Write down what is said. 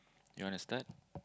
you wanna start